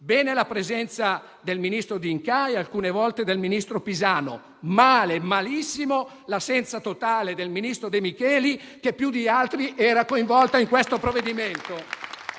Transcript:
Bene la presenza del ministro D'Incà e alcune volte del ministro Pisano; male, malissimo l'assenza totale del ministro De Micheli, che più di altri era coinvolto in questo provvedimento.